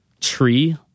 tree